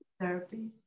therapy